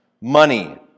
money